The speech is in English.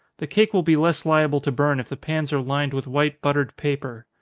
the cake will be less liable to burn if the pans are lined with white buttered paper.